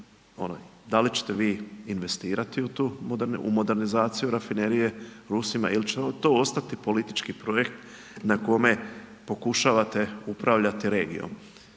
da li ćete vi investirati u modernizaciju rafinerije Rusima ili će vam to ostati politički projekt, na kome pokušavate upravljati regijom.